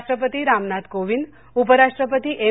राष्ट्रपती रामनाथ कोविंद उपराष्ट्रपती एम